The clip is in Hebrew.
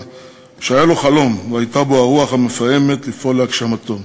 שהיה לו חלום והייתה בו הרוח המפעמת לפעול להגשמתו.